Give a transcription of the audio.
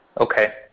Okay